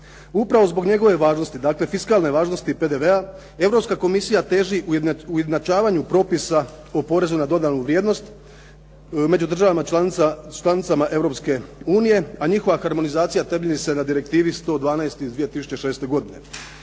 Upravo zbog njegove važnosti, dakle fiskalne važnosti PDV-a, Europska komisija teži ujednačavanju propisa o porezu na dodanu vrijednost među državama članicama Europske unije, a njihova harmonizacija temelji se na Direktivi 112 iz 2006. godine.